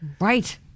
Right